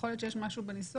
יכול להיות שיש משהו בניסוח,